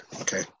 okay